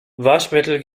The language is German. waschmittel